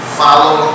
follow